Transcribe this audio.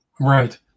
right